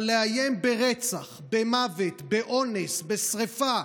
אבל לאיים ברצח, במוות, באונס, בשרפה,